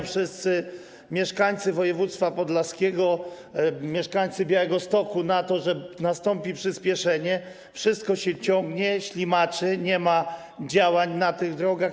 Wszyscy mieszkańcy województwa podlaskiego, mieszkańcy Białegostoku czekają na to, że nastąpi przyspieszenie Wszystko się ciągnie, ślimaczy, nie ma działań na tych drogach.